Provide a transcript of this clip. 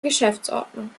geschäftsordnung